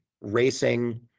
racing